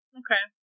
okay